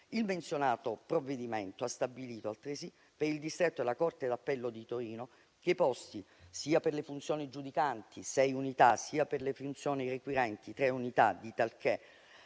Il menzionato provvedimento ha stabilito, altresì, per il distretto della corte d'appello di Torino, i posti, sia per le funzioni giudicanti (sei unità), sia per le funzioni requirenti (tre unità), di talché